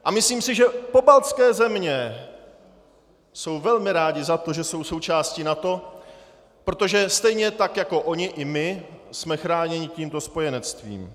A myslím si, že pobaltské země jsou velmi rády za to, že jsou součástí NATO, protože stejně tak jako ony i my jsme chráněni tímto spojenectvím.